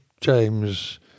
James